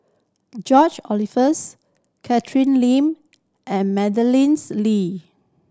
George Oehlers Catherine Lim and Madeleines Lee